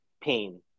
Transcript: pain